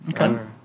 okay